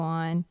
on